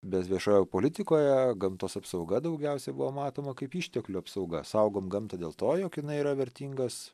bet viešojoj politikoje gamtos apsauga daugiausiai buvo matoma kaip išteklių apsauga saugom gamtą dėl to jog jinai yra vertingas